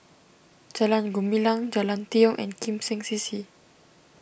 Jalan Gumilang Jalan Tiong and Kim Seng C C